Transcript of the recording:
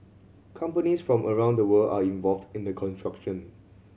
companies from around the world are involved in the construction